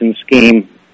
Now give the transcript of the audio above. scheme